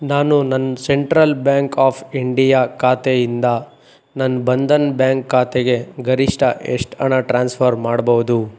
ನಾನು ನನ್ನ Central Bank of India ಖಾತೆಯಿಂದ ನನ್ನ ಬಂಧನ್ ಬ್ಯಾಂಕ್ ಖಾತೆಗೆ ಗರಿಷ್ಠ ಎಷ್ಟು ಹಣ ಟ್ರಾನ್ಸ್ಫರ್ ಮಾಡ್ಬೋದು